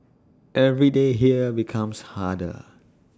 every day here becomes harder